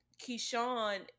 Keyshawn